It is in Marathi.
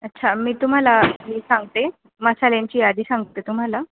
अच्छा मी तुम्हाला सांगते मसाल्यांची यादी सांगते तुम्हाला